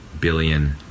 billion